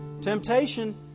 temptation